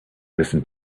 listen